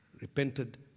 repented